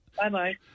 Bye-bye